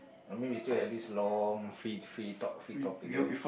I mean we still at this long free free talk free topic there